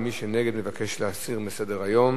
מי שנגד, מבקש להסיר מסדר-היום.